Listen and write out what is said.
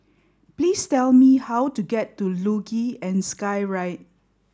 please tell me how to get to Luge and Skyride